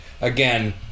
again